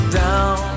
down